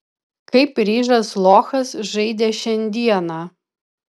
kaip ryžas lochas žaidė šiandieną